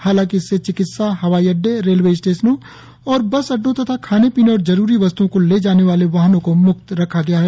हालांकि इससे चिकित्सा हवाई अड्डे रेलवे स्टेशनों और बस अड्डों तथा खाने पीने और जरुरी वस्त्ओं को ले जाने वाले वाहनों को मुक्त रखा गया है